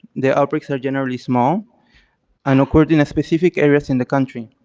the outbreaks are generally small and record in specific areas in the country.